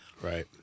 Right